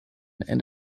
and